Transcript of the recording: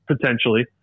potentially